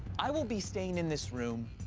i will be staying in this room